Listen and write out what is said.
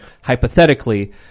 hypothetically